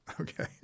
Okay